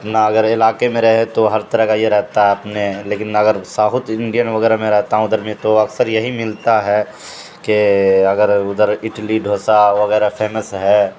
اپنا اگر علاقے میں رہے تو ہر طرح کا یہ رہتا ہے اپنے لیکن اگر ساؤتھ انڈین وغیرہ میں رہتا ہوں ادھر میں تو اکثر یہی ملتا ہے کہ اگر ادھر اٹلی ڈوسا وغیرہ فیمس ہے